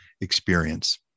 experience